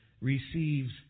receives